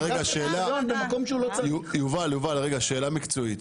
שאלה מקצועית.